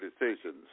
decisions